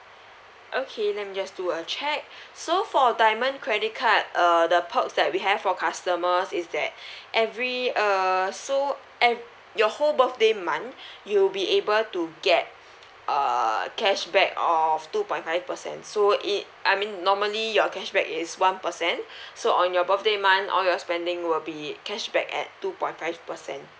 okay let me just do a check so for diamond credit card uh the perks that we have for customers is that every err so ev~ your whole birthday month you will be able to get err cashback of two point five percent so it I mean normally your cashback is one percent so on your birthday month all your spending will be cashback at two point five percent